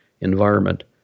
environment